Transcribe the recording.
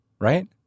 right